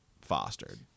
fostered